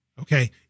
Okay